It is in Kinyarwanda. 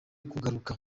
kugaruka